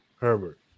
Herbert